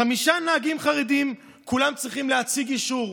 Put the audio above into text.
חמישה נהגים חרדים, כולם צריכים להציג אישור.